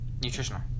Nutritional